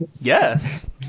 Yes